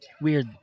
weird